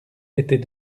était